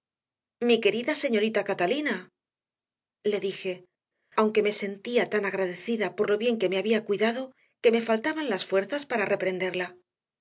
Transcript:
mi querida señorita catalina le dije aunque me sentía tan agradecida por lo bien que me había cuidado que me faltaban las fuerzas para reprenderla